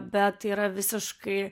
bet yra visiškai